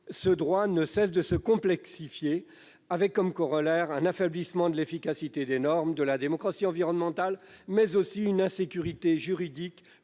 droit ne cesse de se complexifier, avec pour corollaire un affaiblissement de l'efficacité des normes et de la démocratie environnementale, mais aussi une insécurité juridique